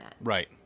Right